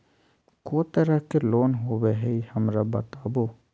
को तरह के लोन होवे हय, हमरा बताबो?